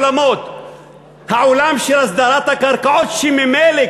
העולם של הסדרת הקרקעות שממילא,